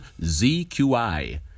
ZQI